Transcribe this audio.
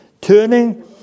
turning